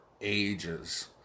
ages